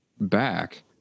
back